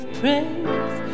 praise